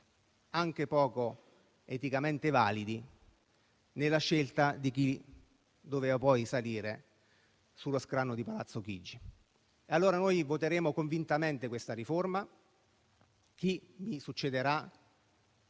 anche poco eticamente validi, nella scelta di chi doveva poi salire sullo scranno di Palazzo Chigi. Noi voteremo quindi convintamente a favore di questa riforma. Chi mi succederà